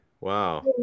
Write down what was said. Wow